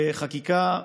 חקיקה,